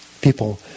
people